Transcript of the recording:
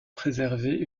préserver